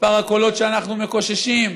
מספר הקולות שאנחנו מקוששים,